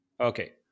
Okay